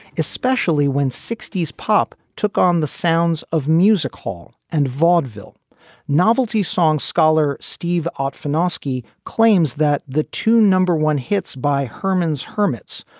especially when sixty s pop took on the sounds of music hall and vaudeville novelty songs scholar steve orphaned ascii claims that the two number one hits by herman's hermits,